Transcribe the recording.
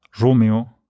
Romeo